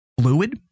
fluid